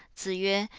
zi yue,